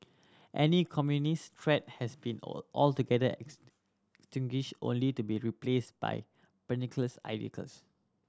any communist threat has been all altogether extinguished only to be replaced by